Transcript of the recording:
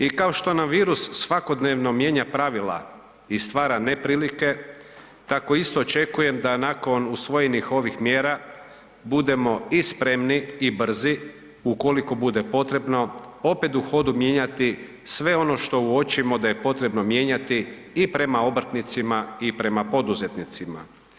I kao što nam virus svakodnevno mijenja pravila i stvara neprilike, tako isto očekujem da nakon usvojenih ovih mjera budemo i spremni i brzi ukoliko bude potrebno opet u hodu mijenjati sve ono što uočimo da je potrebno mijenjati i prema obrtnicima i prema poduzetnicima.